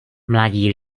mladí